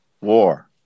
war